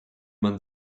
man